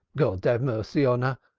god have mercy on her,